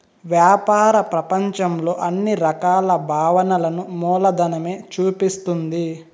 వ్యాపార ప్రపంచంలో అన్ని రకాల భావనలను మూలధనమే చూపిస్తుంది